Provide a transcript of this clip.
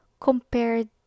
compared